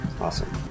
Awesome